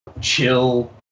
chill